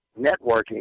networking